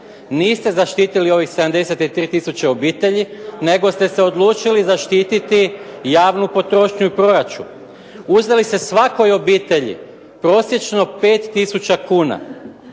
Niste zaštitili ovih 73 tisuće obitelji, nego ste se odlučili zaštititi javnu potrošnju i proračun. Uzeli ste svakoj obitelji prosječno 5 tisuća